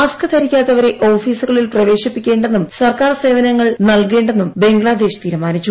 mask ധരിക്കാത്തവരെ ഓഫീസുകളിൽ പ്രവേശിപ്പിക്കേണ്ടെന്നും സർക്കാർ സേവനങ്ങൾ നൽകേണ്ടെന്നും ബംഗ്ലാദേശ് തീരുമാനിച്ചു